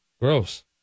Gross